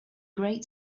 great